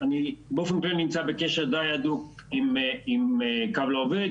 אני באופן כללי נמצא בקשר די הדוק עם קו לעובד,